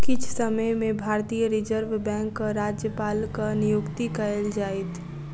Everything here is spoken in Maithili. किछ समय में भारतीय रिज़र्व बैंकक राज्यपालक नियुक्ति कएल जाइत